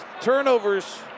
turnovers